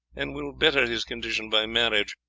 and will better his condition by marriage.